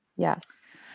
Yes